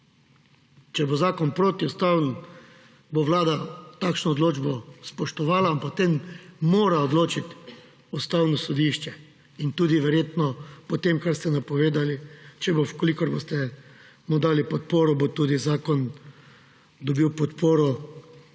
Če bo zakon protiustaven, bo Vlada takšno odločbo spoštovala, a o tem mora odločiti Ustavno sodišče. In tudi verjetno po tem, kar ste napovedali, če bo, v kolikor mu boste dali podporo, bo tudi zakon dobil podporo